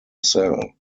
cell